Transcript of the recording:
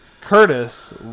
Curtis